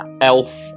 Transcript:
elf